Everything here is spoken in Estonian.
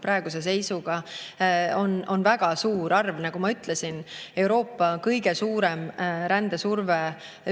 praeguse seisuga, on väga suur arv. Nagu ma ütlesin, see on Euroopa kõige suurem rändesurve